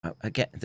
again